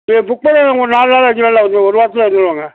இது புக் பண்ணி ஒரு நாலு நாள் அஞ்சு நாளில் ஒரு வாரத்தில் வந்துடுவோங்க